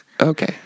okay